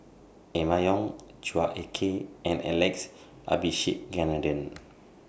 Emma Yong Chua Ek Kay and Alex Abisheganaden